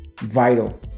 vital